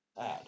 add